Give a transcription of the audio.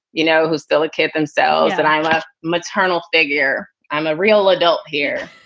you know, who's still a kid themselves that i left maternal figure. i'm a real adult here.